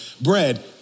bread